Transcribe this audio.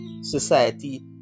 Society